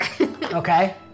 Okay